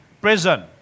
prison